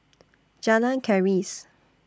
Jalan Keris